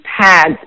pads